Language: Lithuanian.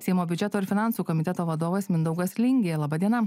seimo biudžeto ir finansų komiteto vadovas mindaugas lingė laba diena